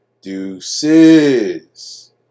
deuces